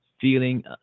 feeling